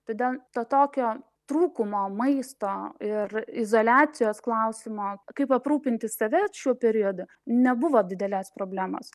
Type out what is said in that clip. todėl to tokio trūkumo maisto ir izoliacijos klausimo kaip aprūpinti save šiuo periodu nebuvo didelės problemos